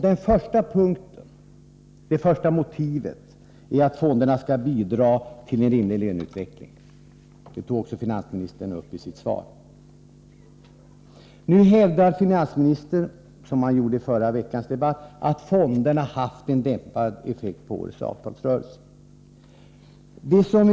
Den första punkten — det första motivet — är att fonderna skall bidra till en rimlig löneutveckling. Detta tog finansministern också upp i sitt frågesvar. Finansministern hävdar i dag liksom i förra veckans debatt att fonderna har haft en dämpande effekt på årets avtalsrörelse. Herr talman!